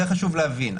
זה חשוב להבין.